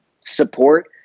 support